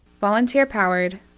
Volunteer-powered